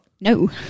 No